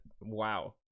wow